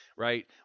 Right